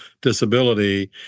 disability